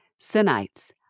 Sinites